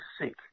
sick